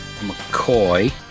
McCoy